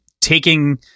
taking